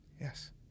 Yes